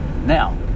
Now